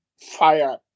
fire